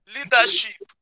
Leadership